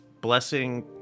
Blessing